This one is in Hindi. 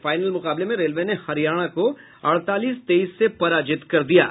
फाईनल मुकाबले में रेलवे ने हरियाणा को अड़तालीस तेईस से पराजित कर दिया है